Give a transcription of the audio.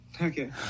Okay